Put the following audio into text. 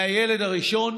מהילד הראשון